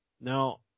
Now